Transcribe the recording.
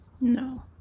No